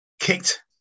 kicked